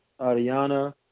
ariana